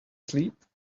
sleep